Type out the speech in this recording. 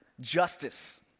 justice